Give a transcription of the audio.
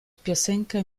piosenka